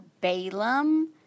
Balaam